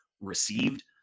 received